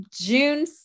June